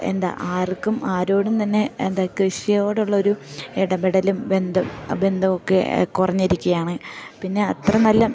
എന്താ ആർക്കും ആരോടും തന്നെ എന്താ കൃഷിയോടുള്ളൊരു ഇടപെടലും ബന്ധം ബന്ധമൊക്കെ കുറഞ്ഞിരിക്കുകയാണ് പിന്നെ അത്ര നല്ല